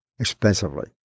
expensively